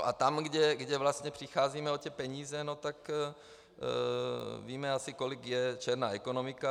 A tam, kde vlastně přicházíme o ty peníze, no tak víme asi, kolik je černá ekonomika.